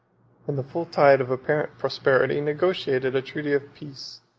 in the full tide of apparent prosperity, negotiated a treaty of peace,